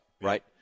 Right